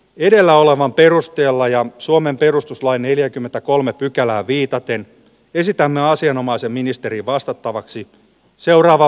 edellä olevan perusteella ja suomen perustuslain neljäkymmentäkolme pykälään viitaten esitämme asianomaisen ministerin vastattavaksi seuraava